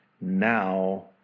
now